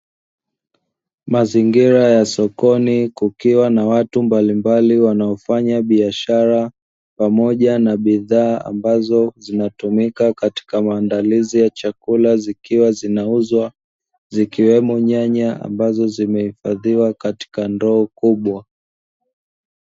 Mazingira ya sokoni kukiwa na watu mbalimbali wanaofanya biashara, pamoja na bidhaa ambazo zinatumika katika maandalizi ya chakula, zikiwa zinauzwa, zikiwemo nyanya ambazo zimehifadhiwa katika ndoo kubwa.